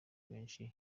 benshi